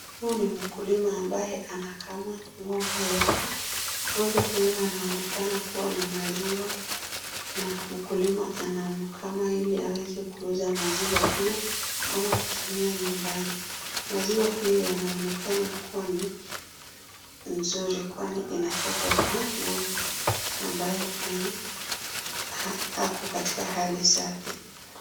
Huyu ni makulima amabye anakamua ng'ombe yake, ng'ombe huyu anaonekana kuwa na maziwa na mkulima anamkama ili aweze kuuza maziwa hio ama kutumia nyumbani, maziwa hio inaonekana kuwa ni nzuri kwani inatoka kwa ng'ombe ako kwa katika hali safi.